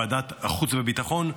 באישור ועדת החוץ והביטחון,